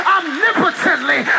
omnipotently